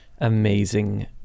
amazing